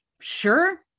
Sure